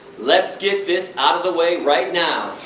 let's get this out of the way right now.